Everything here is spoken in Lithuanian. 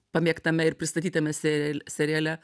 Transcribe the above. pamėgtame ir pristatytame serial seriale